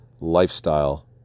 lifestyle